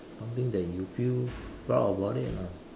something that you feel proud about it lah